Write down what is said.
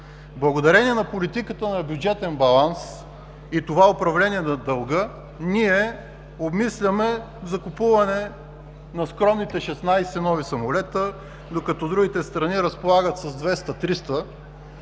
Благодарение на политиката на бюджетен баланс и това управление на дълга, ние обмисляме закупуване на скромните 16 нови самолета, докато другите страни разполагат с 200 – 300.